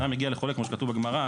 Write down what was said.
כשבן אדם מגיע לחולה כמו שכתוב בגמרא,